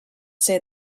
say